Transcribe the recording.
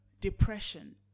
depression